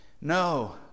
No